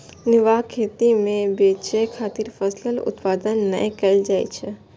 निर्वाह खेती मे बेचय खातिर फसलक उत्पादन नै कैल जाइ छै